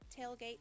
Tailgate